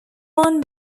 run